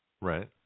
Right